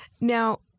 Now